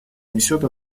несет